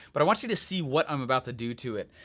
but i want you to see what i'm about to do to it.